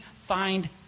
find